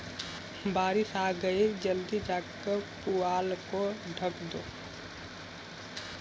बारिश आ गई जल्दी जाकर पुआल को ढक दो